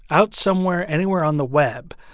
out somewhere, anywhere on the web,